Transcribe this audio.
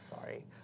Sorry